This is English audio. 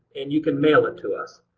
and you can mail it to us.